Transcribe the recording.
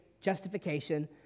justification